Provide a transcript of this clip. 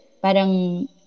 Parang